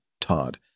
Todd